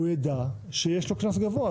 הוא יידע שיש לו קנס גבוה,